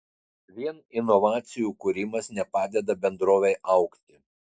vien inovacijų kūrimas nepadeda bendrovei augti